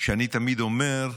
אני תמיד אומר,